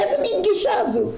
איזו מין גישה זו.